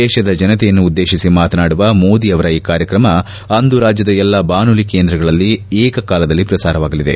ದೇಶದ ಜನತೆಯನ್ನುದ್ದೇಶಿಸಿ ಮಾತನಾಡುವ ಮೋದಿ ಅವರ ಈ ಕಾರ್ಯಕ್ರಮ ಅಂದು ರಾಜ್ಯದ ಎಲ್ಲಾ ಬಾನುಲಿ ಕೇಂದ್ರಗಳಲ್ಲಿ ಏಕಕಾಲದಲ್ಲಿ ಪ್ರಸಾರವಾಗಲಿದೆ